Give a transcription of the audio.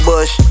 Bush